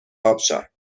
آبشار